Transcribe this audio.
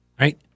Right